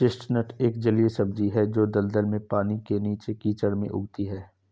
chestnut एक जलीय सब्जी है जो दलदल में, पानी के नीचे, कीचड़ में उगती है